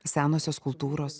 senosios kultūros